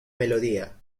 melodía